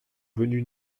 venus